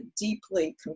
deeply